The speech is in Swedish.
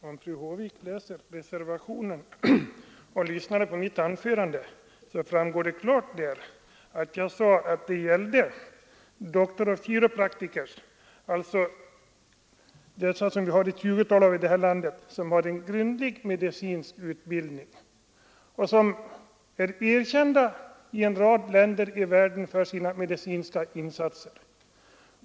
Herr talman! Om fru Håvik läser reservationen och om hon lyssnat till mitt anförande finner hon att det därav framgår klart att det gäller Doctors of Chiropractic, dessa som vi har ett tjugotal av i landet, som har en grundlig medicinsk utbildning och som är erkända i en rad länder i världen för sina medicinska insatser.